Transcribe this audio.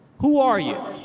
who are you?